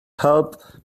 helped